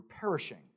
perishing